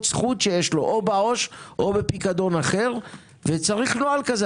זכות שיש לו או בעו"ש או בפיקדון אחר וצריך נוהל כזה.